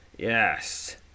Yes